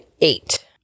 eight